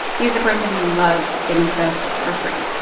he's a person who loves getting stuff for free.